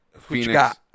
phoenix